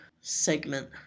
segment